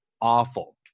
awful